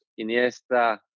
Iniesta